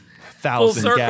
thousand